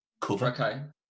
cover